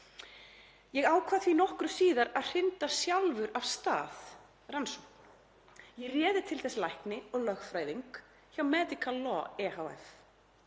„Ég ákvað því nokkru síðar að hrinda sjálfur af stað rannsókn. Ég réð til þess lækni og lögfræðing hjá Medical Law ehf.